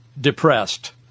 depressed